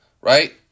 right